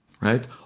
right